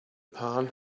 pan